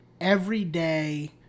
everyday